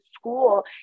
school